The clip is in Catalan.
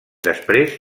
després